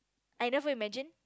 I never imagine